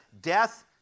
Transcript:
death